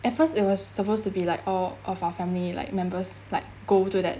at first it was supposed to be like all of our family like members like go to that